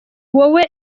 wowe